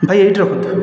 ଭାଇ ଏହିଠି ରଖନ୍ତୁ